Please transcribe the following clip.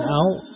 out